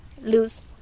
lose